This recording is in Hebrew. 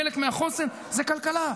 חלק מהחוסן זה כלכלה.